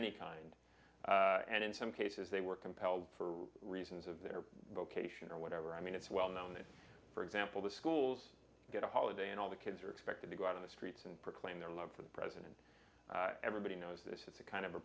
any kind and in some cases they were compelled for reasons of their vocation or whatever i mean it's well known that for example the schools get a holiday and all the kids are expected to go out on the streets and proclaim their love for the president everybody knows this is a kind of a